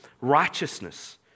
righteousness